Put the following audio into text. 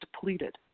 depleted